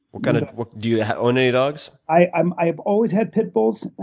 kind of do you own any dogs? i've i've always had pit bulls,